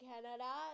Canada